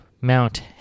Mount